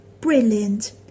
brilliant